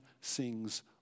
sings